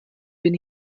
bin